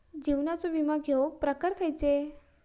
जीवनाचो विमो घेऊक प्रकार खैचे?